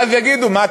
ואז יגידו: מה,